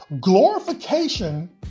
glorification